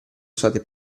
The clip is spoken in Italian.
usate